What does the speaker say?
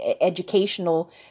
educational